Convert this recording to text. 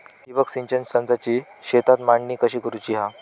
ठिबक सिंचन संचाची शेतात मांडणी कशी करुची हा?